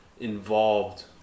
involved